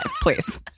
please